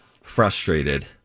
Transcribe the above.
frustrated